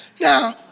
Now